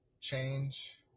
change